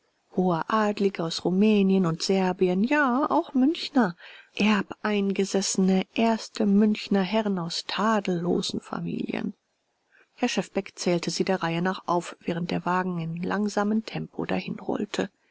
hohe adlige aus rumänien und serbien ja auch münchner erbeingesessene erste münchner herren aus tadellosen familien herr schefbeck zählte sie der reihe nach auf während der wagen im langsamen tempo